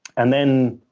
and then,